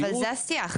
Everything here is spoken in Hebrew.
אבל זה השיח,